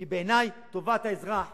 כי בעיני טובת האזרח